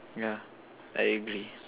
yeah I agree